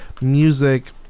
music